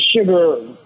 sugar